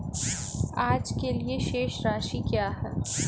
आज के लिए शेष राशि क्या है?